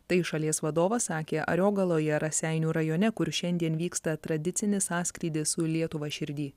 tai šalies vadovas sakė ariogaloje raseinių rajone kur šiandien vyksta tradicinis sąskrydis su lietuva širdy